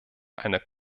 einer